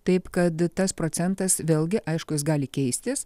taip kad tas procentas vėlgi aišku jis gali keistis